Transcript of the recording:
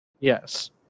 yes